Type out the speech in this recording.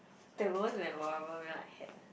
there was memorable meal I had